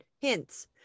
hints